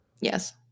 Yes